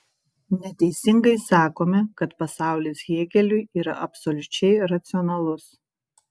neteisingai sakome kad pasaulis hėgeliui yra absoliučiai racionalus